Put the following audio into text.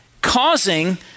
causing